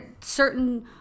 certain